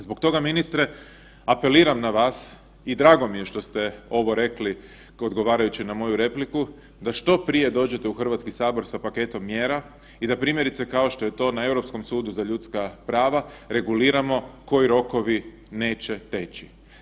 Zbog toga ministre apeliram na vas i drago mi je što ste ovo rekli odgovarajući na moju repliku da što prije dođete u HS sa paketom mjera i da primjerice kao što je to na Europskom sudu za ljudska prava reguliramo koji rokovi neće teći.